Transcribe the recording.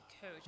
coach